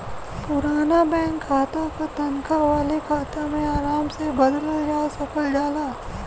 पुराना बैंक खाता क तनखा वाले खाता में आराम से बदलल जा सकल जाला